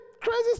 crazy